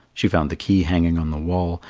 she found the key hanging on the wall,